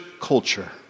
culture